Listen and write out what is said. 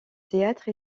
théâtre